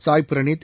Sai Praveeth